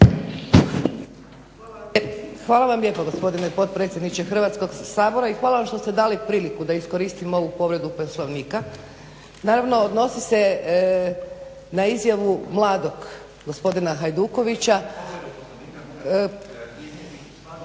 Hvala vam lijepa gospodine potpredsjedniče Hrvatskog sabora i hvala vam što ste dali priliku da iskoristim ovu povredu Poslovnika. Naravno odnosi se na izjavu mladog gospodina Hajdukovića … **Stazić, Nenad